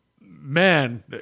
man